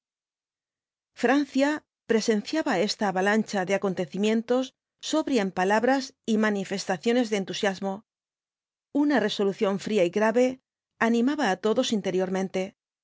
francia presenciaba esta avalancha de acontecimientos sobria en palabras y manifestaciones de entusiasmo una resolución fría y grave animaba á todos interiormente